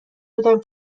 بودم